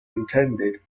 intended